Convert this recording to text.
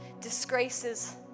disgraces